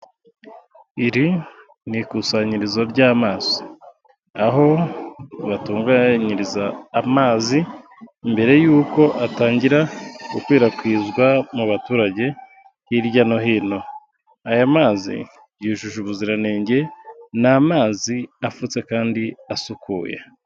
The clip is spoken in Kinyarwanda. Iri ni ikusanyirizo ry'amazi. Aho batunganyiriza amazi, mbere y'uko atangira gukwirakwizwa mu baturage, hirya no hino. Aya mazi yujuje ubuziranenge, ni amazi afutse kandi asukuye.